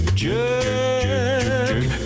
jerk